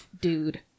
Dude